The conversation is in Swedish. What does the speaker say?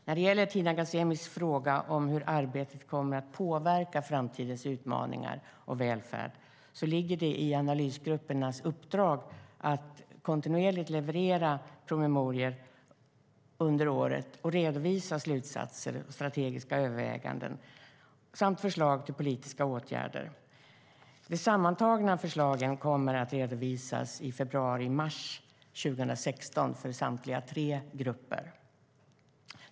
När det gäller Tina Ghasemis fråga om hur arbetet kommer att påverka framtidens utmaningar och välfärd vill jag säga att det ligger i analysgruppernas uppdrag att kontinuerligt leverera promemorior under året och redovisa slutsatser, strategiska överväganden samt förslag till politiska åtgärder. De sammantagna förslagen kommer att redovisas i februari mars 2016 för samtliga tre grupper.